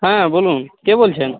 হ্যাঁ বলুন কে বলছেন